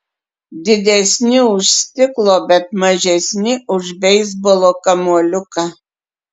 didesni už stiklo bet mažesni už beisbolo kamuoliuką